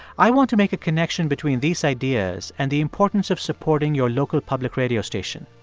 i want to make a connection between these ideas and the importance of supporting your local public radio station.